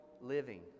living